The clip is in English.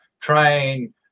train